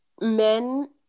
men